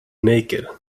naked